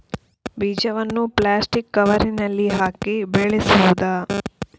ಬೀಜವನ್ನು ಪ್ಲಾಸ್ಟಿಕ್ ಕವರಿನಲ್ಲಿ ಹಾಕಿ ಬೆಳೆಸುವುದಾ?